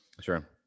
sure